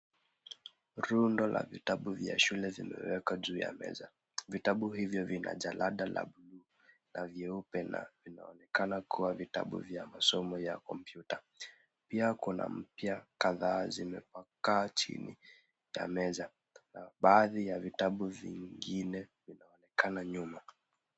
Rundo la vitabu vya shule vimewekwa juu ya meza. Vitabu hivyo vina jalada la vyeupe na inaonekana kuwa vitabu vya masomo ya kompyuta, pia kuna mpya kadhaa zimetapakaa chini ya meza na baadhi ya vitabu vingine vinaonekana nyuma.